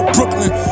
Brooklyn